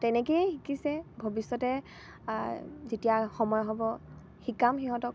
তেনেকেই শিকিছে ভৱিষ্যতে যেতিয়া সময় হ'ব শিকাম সিহঁতক